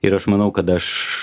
ir aš manau kad aš